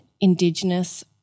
Indigenous